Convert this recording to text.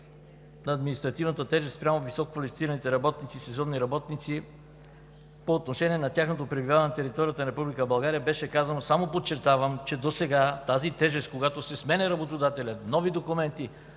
на административната тежест спрямо висококвалифицираните и сезонните работници. По отношение на тяхното пребиваване на територията на Република България беше казано, само подчертавам, че досега тази тежест, когато се сменя работодателят – нови документи,